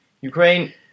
Ukraine